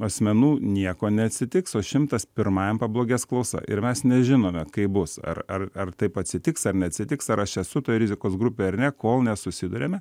asmenų nieko neatsitiks o šimtas pirmajam pablogės klausa ir mes nežinome kaip bus ar ar ar taip atsitiks ar neatsitiks ar aš esu toj rizikos grupėj ar ne kol nesusiduriame